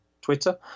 Twitter